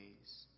days